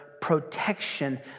protection